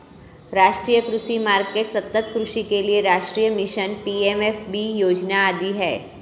राष्ट्रीय कृषि मार्केट, सतत् कृषि के लिए राष्ट्रीय मिशन, पी.एम.एफ.बी योजना आदि है